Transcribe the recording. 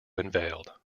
unveiled